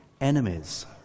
enemies